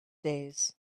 days